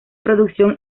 producción